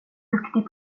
duktig